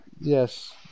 yes